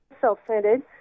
self-centered